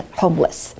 homeless 。